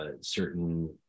certain